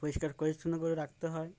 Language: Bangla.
পরিষ্কার পরিচ্ছন্ন করে রাখতে হয়